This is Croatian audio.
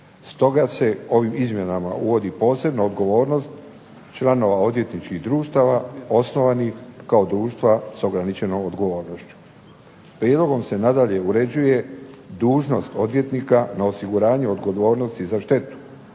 Stoga se ovim izmjenama uvodi posebna odgovornost članova odvjetničkih društava osnovani kao društva sa ograničenom odgovornošću. Prijedlogom se nadalje uređuje dužnost odvjetnika na osiguranju odgovornosti za štetu,